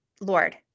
Lord